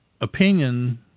opinion